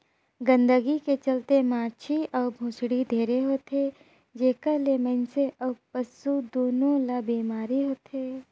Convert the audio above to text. गंदगी के चलते माछी अउ भुसड़ी ढेरे होथे, जेखर ले मइनसे अउ पसु दूनों ल बेमारी होथे